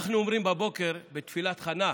אנחנו אומרים בבוקר בתפילת חנה: